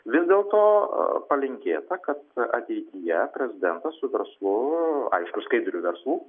vis dėl to palinkėta kad ateityje prezidentas su verslu aišku skaidriu verslu